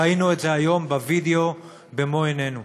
ראינו את זה היום בווידיאו במו עינינו.